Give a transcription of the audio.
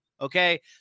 Okay